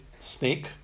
snake